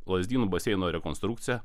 lazdynų baseino rekonstrukciją